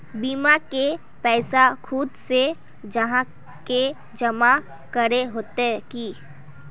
बीमा के पैसा खुद से जाहा के जमा करे होते की?